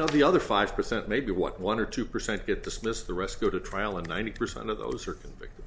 of the other five percent maybe what one or two percent get dismissed the rest go to trial and ninety percent of those are convicted